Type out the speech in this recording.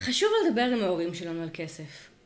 חשוב לדבר עם ההורים שלנו על כסף.